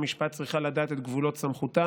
מערכת המשפט צריכה לדעת את גבולות סמכותה.